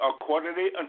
accordingly